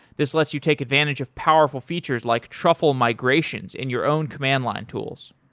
this lets you take advantage of powerful features, like truffle migrations in your own command line tools.